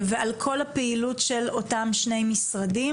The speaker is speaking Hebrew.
ועל כל הפעילות של אותם שני משרדים.